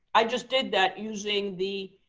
i just did that using the